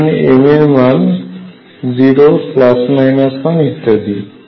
যেখানে m এর মান 0 1 ইত্যাদি